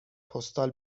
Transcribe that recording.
پستال